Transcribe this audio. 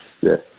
Yes